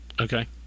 Okay